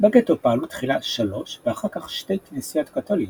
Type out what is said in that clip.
בגטו פעלו תחילה שלוש ואחר כך שתי כנסיות קתוליות,